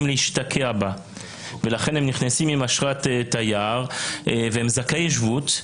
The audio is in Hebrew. להשתקע בה ולכן הם נכנסים עם אשרת תייר והם זכאי שבות.